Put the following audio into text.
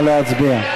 נא להצביע.